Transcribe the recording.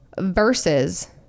versus